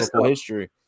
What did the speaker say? history